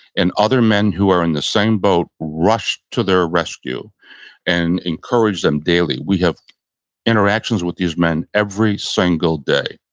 and other men who are in the same boat, rush to their rescue and encourage them daily. we have interactions with these men every single day.